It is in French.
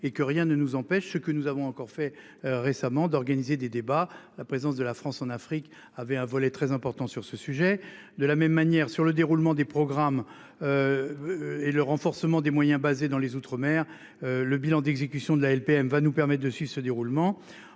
et que rien ne nous empêche, ce que nous avons encore fait récemment d'organiser des débats. La présence de la France en Afrique avait un volet très important sur ce sujet. De la même manière sur le déroulement des programmes. Et le renforcement des moyens basés dans les outre-mer le bilan d'exécution de la LPM va nous permet de suivre ce déroulement